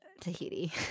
Tahiti